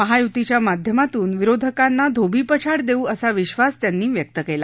महायुतीच्या माध्यमातून विरोधकांना धोबीपछाड देऊ असा विश्वास त्यांनी व्यक्त केला